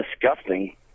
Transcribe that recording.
disgusting